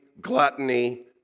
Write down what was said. gluttony